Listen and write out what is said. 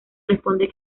responde